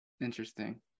Interesting